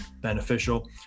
beneficial